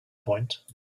point